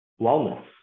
wellness